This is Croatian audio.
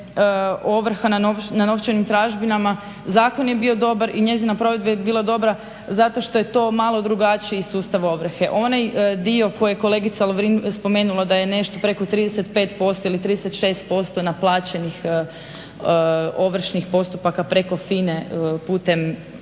ovrha na novčanim tražbinama, zakon je bio dobar i njezina provedba je bila dobra zato što je to malo drugačiji sustav ovrhe. Onaj dio koje je kolegica Lovrin spomenula da je nešto preko 35% ili 36% na plaćenih ovršnih postupaka preko FINA-e putem